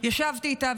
ישבתי איתה,